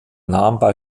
nahm